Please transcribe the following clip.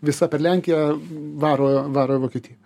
visa per lenkiją varo varo vokietiją